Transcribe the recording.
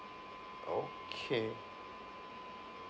okay